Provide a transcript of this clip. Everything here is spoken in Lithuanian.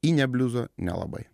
į ne bliuzo nelabai